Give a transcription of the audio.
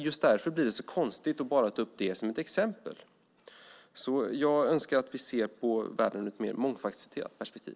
Just därför blir det så konstigt att bara ta upp det som ett exempel. Jag önskar därför att vi ser på världen ur ett mer mångfasetterat perspektiv.